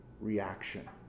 reaction